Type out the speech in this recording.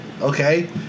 Okay